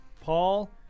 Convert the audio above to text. Paul